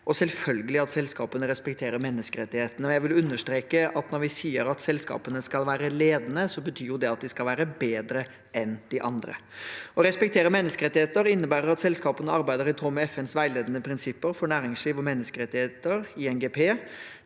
selvfølgelig respekterer menneskerettighetene. Jeg vil understreke at når vi sier at selskapene skal være ledende, betyr det at de skal være bedre enn de andre. Å respektere menneskerettigheter innebærer at selskapene arbeider i tråd med FNs veiledende prinsipper for næringsliv og menneskerettigheter, UNGP.